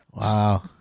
wow